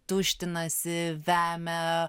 tuštinasi vemia